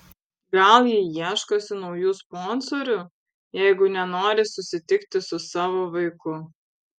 gal ji ieškosi naujų sponsorių jeigu nenori susitikti su savo vaiku